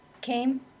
came